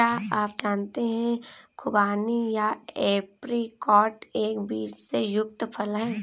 क्या आप जानते है खुबानी या ऐप्रिकॉट एक बीज से युक्त फल है?